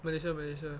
malaysia malaysia